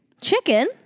Chicken